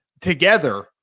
together